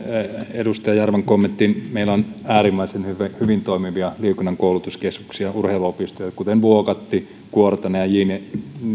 edustaja jarvan kommenttiin meillä on äärimmäisen hyvin toimivia liikunnan koulutuskeskuksia urheiluopistoja kuten vuokatti kuortane ja